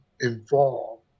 involved